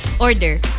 order